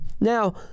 Now